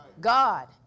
God